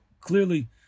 clearly